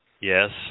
Yes